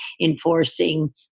enforcing